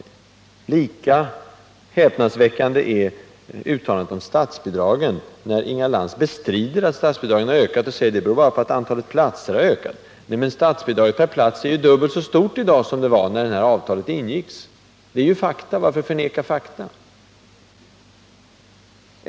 Lika häpnadsväckande är uttalandet om statsbidragen. Inga Lantz bestrider att statsbidragen faktiskt har ökat, och menar att ökningen bara beror på att antalet platser är större. Faktum är att statsbidraget per plats i dag är dubbelt så stort som det var när avtalet ingicks. Varför förneka fakta?